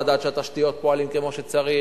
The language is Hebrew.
לדעת שהתשתיות פועלות כמו שצריך,